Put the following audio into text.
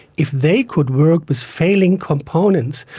if they could work with failing components,